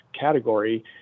category